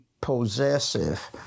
possessive